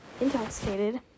intoxicated